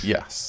Yes